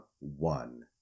one